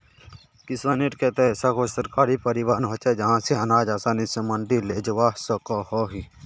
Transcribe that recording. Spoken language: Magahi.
किसानेर केते ऐसा कोई सरकारी परिवहन होचे जहा से अनाज आसानी से मंडी लेजवा सकोहो ही?